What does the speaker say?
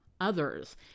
others